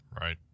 right